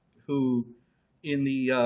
who in the